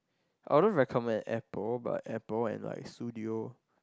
I wouldn't recommend Apple but Apple and like Sudio